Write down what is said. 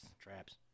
Traps